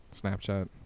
snapchat